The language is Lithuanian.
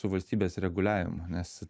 su valstybės reguliavimu nes